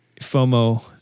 FOMO